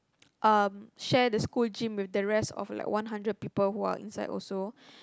um share the school gym with the rest of like one hundred people who are inside also